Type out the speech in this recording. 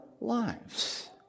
lives